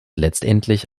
letztendlich